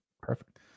Perfect